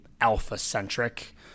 alpha-centric